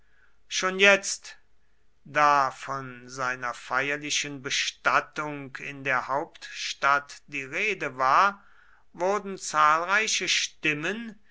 schon jetzt da von seiner feierlichen bestattung in der hauptstadt die rede war wurden zahlreiche stimmen